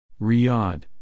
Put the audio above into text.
Riyadh